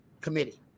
committee